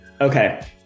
Okay